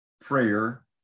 prayer